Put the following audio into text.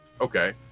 okay